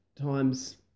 times